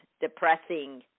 depressing